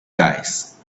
guys